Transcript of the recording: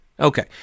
Okay